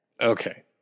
Okay